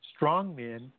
strongmen